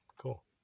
cool